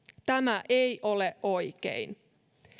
tämä ei ole oikein